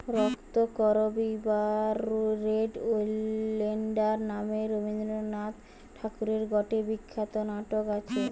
রক্তকরবী বা red oleander নামে রবীন্দ্রনাথ ঠাকুরের গটে বিখ্যাত নাটক আছে